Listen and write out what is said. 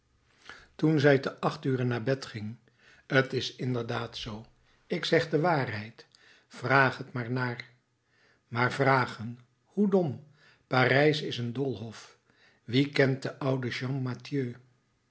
toen zij te acht uren naar bed ging t is inderdaad zoo ik zeg de waarheid vraag er maar naar maar vragen hoe dom parijs is een doolhof wie kent den ouden